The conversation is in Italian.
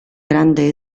grande